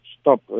stop